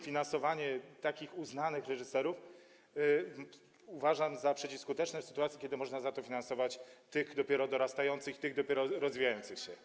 Finansowanie uznanych reżyserów uważam za przeciwskuteczne w sytuacji, kiedy można w zamian za to finansować tych dopiero dorastających i dopiero rozwijających się.